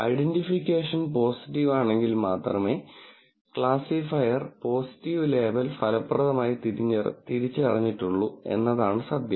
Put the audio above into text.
identification positive ആണെങ്കിൽ മാത്രമേ classifier positive label ഫലപ്രദമായി തിരിച്ചറിഞ്ഞിട്ടുള്ളൂ എന്നതാണ് സത്യം